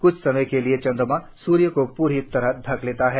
क्छ समय के लिए चंद्रमा सूर्य को पूरी तरह ढक लेता है